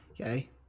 Okay